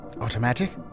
automatic